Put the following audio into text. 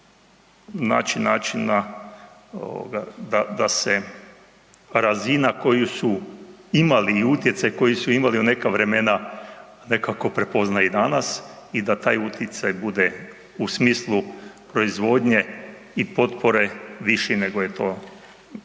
naći načina da se razina koju su imali i utjecaj koji su imali u neka vremena, nekako prepozna i danas i da taj utjecaj bude u smislu proizvodnje i potpore viši nego je to danas